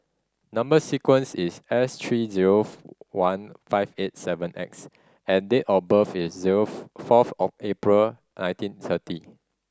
number sequence is S three zero one five eight seven X and date of birth is zero fourth of April nineteen thirty